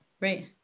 right